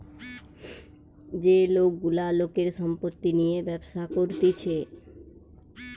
যে লোক গুলা লোকের সম্পত্তি নিয়ে ব্যবসা করতিছে